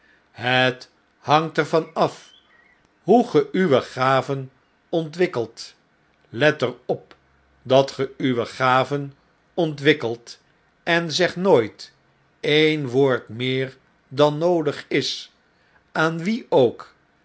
het hangt er van af hoe ge uwe gaven ontwikkelt let er op dat ge uwe gaven ontwikkelt en zeg nooit een woord meer dan noodig is aan wien ook